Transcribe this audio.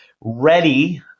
Ready